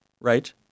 right